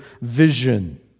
vision